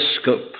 scope